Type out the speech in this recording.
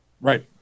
Right